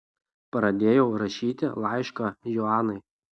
pradėjau rašyti laišką joanai